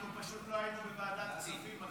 אנחנו פשוט לא היינו בוועדת הכספים,